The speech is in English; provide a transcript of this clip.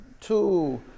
Two